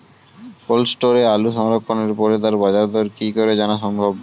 Cold স্টোরে আলু সংরক্ষণের পরে তার বাজারদর কি করে জানা সম্ভব?